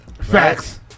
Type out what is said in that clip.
Facts